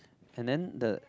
and then the